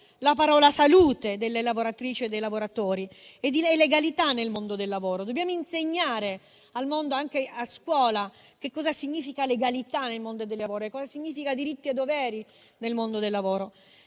la parola salute delle lavoratrici e dei lavoratori e di legalità nel mondo del lavoro. Dobbiamo insegnare anche a scuola che cosa significa legalità nel mondo del lavoro e cosa significa diritti e doveri nel mondo del lavoro.